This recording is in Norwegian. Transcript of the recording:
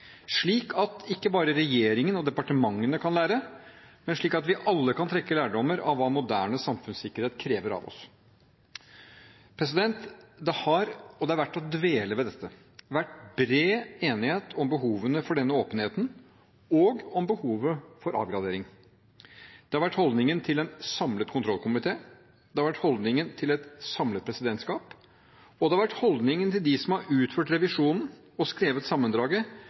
slik at ikke bare regjeringen og departementene kan lære, men at vi alle kan trekke lærdommer av hva moderne samfunnssikkerhet krever av oss. Det har – og det er verdt å dvele ved dette – vært bred enighet om behovene for denne åpenheten og om behovet for avgradering. Det har vært holdningen til en samlet kontrollkomité, det har vært holdningen til et samlet presidentskap, og det har vært holdningen til de som har utført revisjonen og skrevet sammendraget,